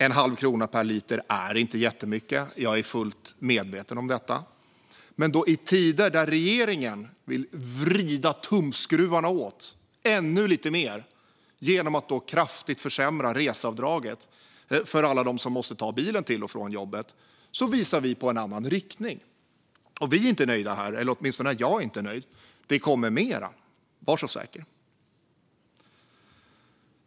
En halv krona per liter är inte jättemycket - jag är fullt medveten om det - men i tider där regeringen vill vrida åt tumskruvarna ännu lite mer genom att kraftigt försämra reseavdraget för alla som måste ta bilen till och från jobbet visar vi på en annan riktning. Vi är inte nöjda här, eller åtminstone är jag inte nöjd. Det kommer mer, var så säker!